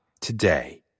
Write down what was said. today